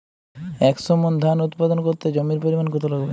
একশো মন ধান উৎপাদন করতে জমির পরিমাণ কত লাগবে?